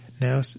Now